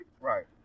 Right